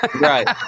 right